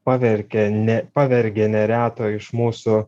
paverkia ne pavergia nereto iš mūsų